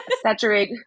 saturate